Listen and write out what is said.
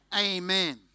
amen